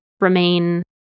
remain